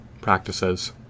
practices